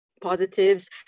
positives